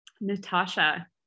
Natasha